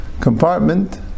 compartment